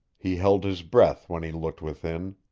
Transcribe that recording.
he held his breath when he looked within,